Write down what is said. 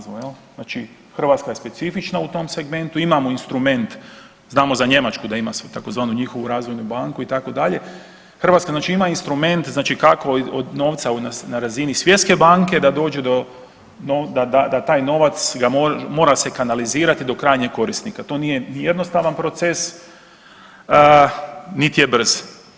Znači Hrvatska je specifična u tom segmentu, imamo instrument, znamo za Njemačku da ima svoju tzv. njihovu razvoju banku itd., Hrvatska znači ima instrument znači kako od novca na razini svjetske banke da dođe do, da taj novac mora se kanalizirati do krajnjeg korisnika, to nije jednostavan proces, niti je brz.